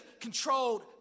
controlled